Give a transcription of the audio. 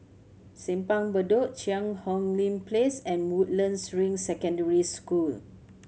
Simpang Bedok Cheang Hong Lim Place and Woodlands Ring Secondary School